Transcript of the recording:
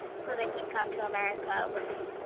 so they can come to america, which is,